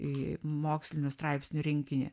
į mokslinių straipsnių rinkinį